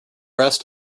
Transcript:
rest